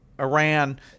Iran